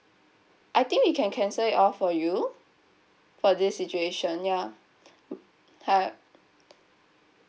I think we can cancel it off for you for this situation ya hi